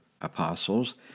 apostles